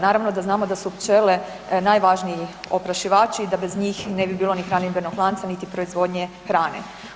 Naravno da znamo da su pčele najvažniji oprašivači i da bez njih ne bi bilo ni hranidbenog lanca niti proizvodnje hrane.